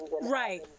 Right